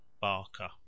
Barker